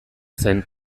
zen